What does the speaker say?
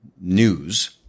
news